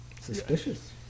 suspicious